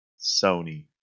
Sony